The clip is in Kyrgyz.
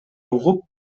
угуп